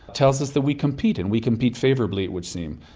tells us that we compete and we compete favourably it would seem.